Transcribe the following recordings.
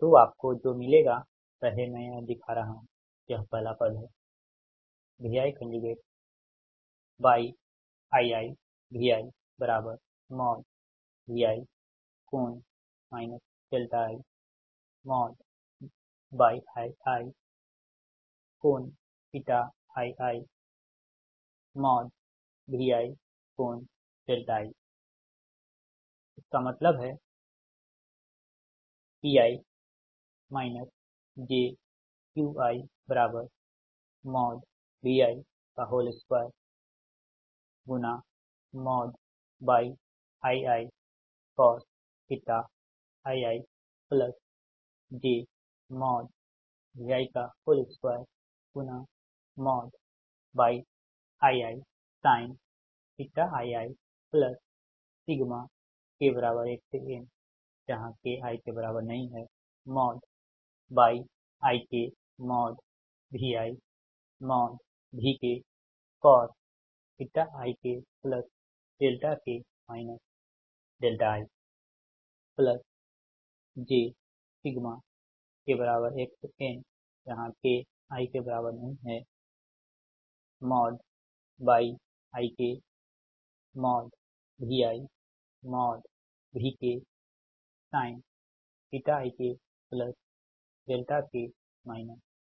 तोआपको जो मिलेगा पहले मैं यह दिखा रहा हूं यह पहला पद है Vi Yii ViVi∠ iYii∠ii Vi∠i Vi Yii ViVi 2Yii∠ii इसका मतलब है Pi jQiVi 2YiicosiijVi 2Yiisiniik 1 k inYikViVkcosikk i jk 1 k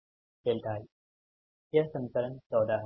inYikViVksinikk i यह समीकरण 14 है